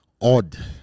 odd